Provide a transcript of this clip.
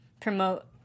promote